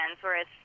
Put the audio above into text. whereas